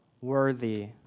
worthy